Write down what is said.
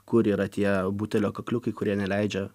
kur yra tie butelio kakliukai kurie neleidžia